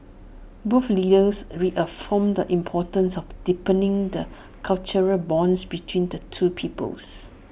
both leaders reaffirmed the importance of deepening the cultural bonds between the two peoples